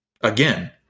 again